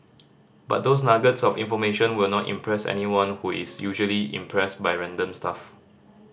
but those nuggets of information will not impress anyone who is usually impressed by random stuff